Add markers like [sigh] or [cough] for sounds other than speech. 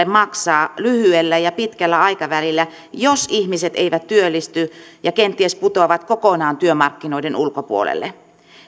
[unintelligible] maksaa lyhyellä ja pitkällä aikavälillä jos ihmiset eivät työllisty ja kenties putoavat kokonaan työmarkkinoiden ulkopuolelle